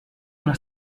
una